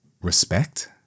respect